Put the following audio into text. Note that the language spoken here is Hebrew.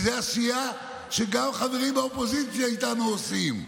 זו עשייה שגם חברים באופוזיציה איתנו עושים.